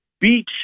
beach